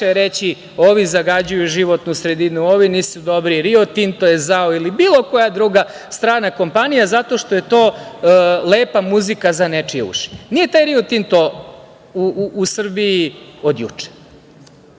reći, ovi zagađuju životnu sredinu, ovi nisu dobri, „Rio Tinto“ je zao ili bilo koja druga strana kompanija zato što je to lepa muzika za nečije uši. Nije taj „Rio Tinto“ u Srbiji od juče.